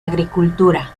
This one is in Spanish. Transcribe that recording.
agricultura